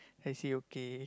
I see okay